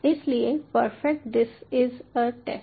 इसलिए perfect this is a test